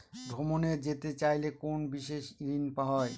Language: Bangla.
ভ্রমণে যেতে চাইলে কোনো বিশেষ ঋণ হয়?